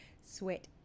sweat